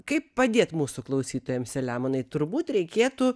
kaip padėt mūsų klausytojam selemonai turbūt reikėtų